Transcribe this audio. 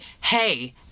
hey